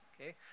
okay